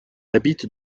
habite